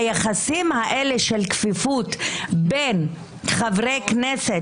היחסים האלה של כפיפות בין חברי כנסת,